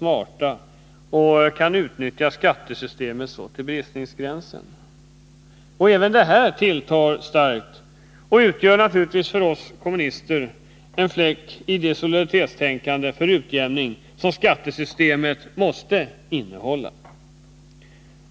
på det sättet kan utnyttja skattesystemet till bristningsgränsen, betecknas som smarta. Även detta tilltar starkt och utgör naturligtvis för oss kommunister en fläck i det solidaritetstänkande för utjämning som skattesystemet måste innehålla.